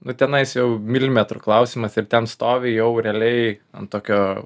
nu tenais jau milimetr ųklausimas ir ten stovi jau realiai ant tokio